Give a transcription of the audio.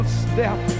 step